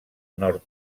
nord